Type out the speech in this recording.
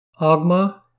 Agma